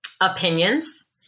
opinions